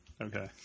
Okay